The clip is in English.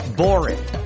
boring